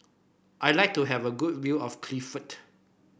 I like to have a good view of Cardiff